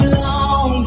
long